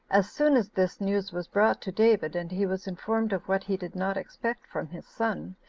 as soon as this news was brought to david, and he was informed of what he did not expect from his son,